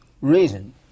Reason